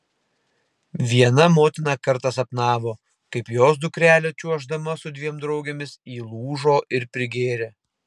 viena motina kartą sapnavo kaip jos dukrelė čiuoždama su dviem draugėmis įlūžo ir prigėrė